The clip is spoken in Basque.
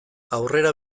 aurrera